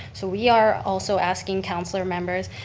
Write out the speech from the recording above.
so we are also asking councillor members,